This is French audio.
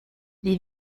les